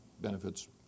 benefits